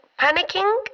panicking